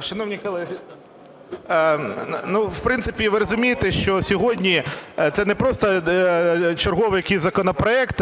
Шановні колеги, в принципі, ви розумієте, що сьогодні це не просто черговий якийсь законопроект,